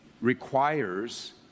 requires